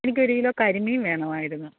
എനിക്കൊരു കിലോ കരിമീൻ വേണമായിരുന്നു